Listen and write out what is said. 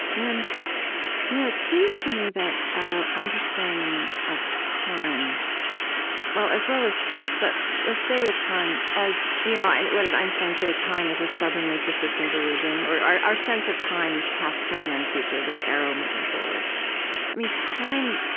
and you know it seems to me that our understanding of time well, as well as space, but let's stay with time as you know and what did einstein say? time is a stubbornly persistent illusion or, our our sense of times, past, present, and future, this arrow moving forward time,